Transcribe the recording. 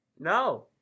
No